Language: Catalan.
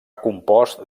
compost